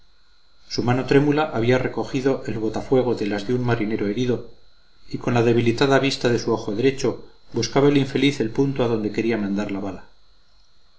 su mano trémula había recogido el botafuego de las de un marinero herido y con la debilitada vista de su ojo derecho buscaba el infeliz el punto a donde quería mandar la bala